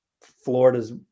Florida's